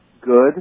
good